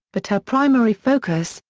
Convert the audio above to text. but her primary focus,